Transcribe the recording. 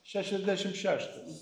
šešiasdešim šeštas